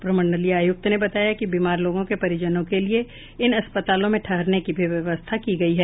प्रमंडलीय आयुक्त ने बताया कि बीमार लोगों के परिजनों के लिए इन अस्पतालों में ठहरने की भी व्यवस्था की गयी है